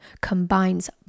combines